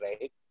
right